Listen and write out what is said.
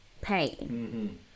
pain